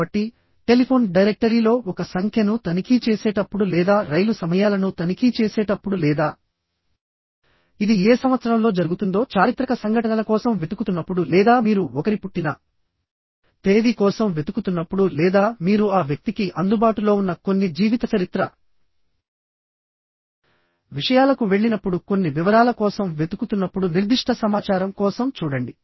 కాబట్టి టెలిఫోన్ డైరెక్టరీలో ఒక సంఖ్యను తనిఖీ చేసేటప్పుడు లేదా రైలు సమయాలను తనిఖీ చేసేటప్పుడు లేదా ఇది ఏ సంవత్సరంలో జరుగుతుందో చారిత్రక సంఘటనల కోసం వెతుకుతున్నప్పుడు లేదా మీరు ఒకరి పుట్టిన తేదీ కోసం వెతుకుతున్నప్పుడు లేదా మీరు ఆ వ్యక్తికి అందుబాటులో ఉన్న కొన్ని జీవితచరిత్ర విషయాలకు వెళ్ళినప్పుడు కొన్ని వివరాల కోసం వెతుకుతున్నప్పుడు నిర్దిష్ట సమాచారం కోసం చూడండి